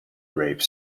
rape